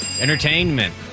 Entertainment